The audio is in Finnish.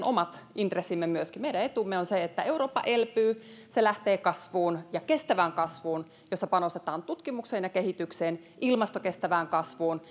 omat intressimme meidän etumme on se että eurooppa elpyy se lähtee kasvuun ja kestävään kasvuun jossa panostetaan tutkimukseen ja kehitykseen ilmastokestävään kasvuun